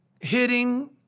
Hitting